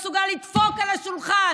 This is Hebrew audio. נתאם איתם.